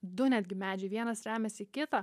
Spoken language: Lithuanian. du netgi medžiai vienas remias į kitą